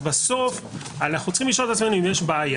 אז בסוף, אנחנו צריכים לשאול את עצמנו אם יש בעיה.